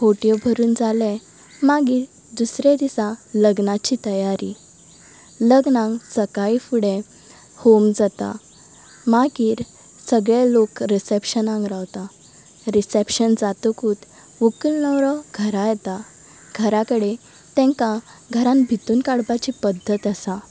होटयो भरून जालें मागीर दुसरे दिसा लग्नाची तयारी लग्नांक सकाळीं फुडें होम जाता मागीर सगळे लोक रिसॅप्शनांग रावता रिसॅप्शन जातकूत व्हंकल नवरो घरा येता घरा कडेन तेंकां घरान भितून काडपाची पद्धत आसा